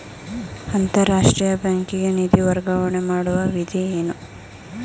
ಅಂತಾರಾಷ್ಟ್ರೀಯ ಬ್ಯಾಂಕಿಗೆ ನಿಧಿ ವರ್ಗಾವಣೆ ಮಾಡುವ ವಿಧಿ ಏನು?